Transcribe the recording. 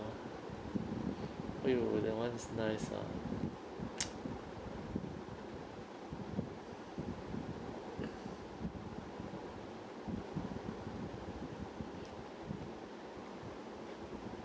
!aiyo! that [one] is nice ah